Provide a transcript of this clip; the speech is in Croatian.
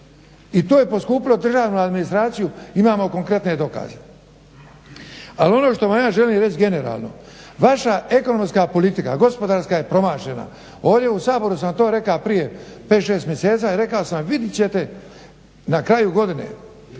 i to je poskupilo državnu administraciju imamo konkretne dokaze. Ali ono što vam ja želim reći generalno, vaša ekonomska politika gospodarska je promašena, ovdje u Saboru sam vam to rekao prije 5, 6 mjeseci rekao sam vidjet ćete na kraju godine.